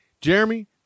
jeremy